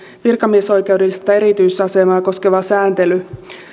virkamiesoikeudellista erityisasemaa koskeva sääntely